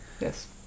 Yes